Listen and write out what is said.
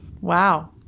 wow